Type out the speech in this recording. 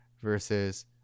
versus